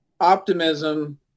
optimism